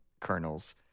kernels